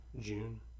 June